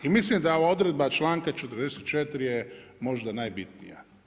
I mislim da ova odredba članka 44. je možda najbitnija.